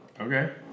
Okay